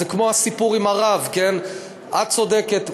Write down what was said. זה כמו הסיפור עם הרב: את צודקת,